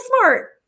smart